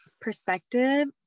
perspective